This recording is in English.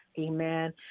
amen